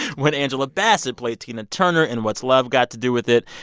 when angela bassett played tina turner in what's love got to do with it,